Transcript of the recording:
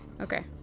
Okay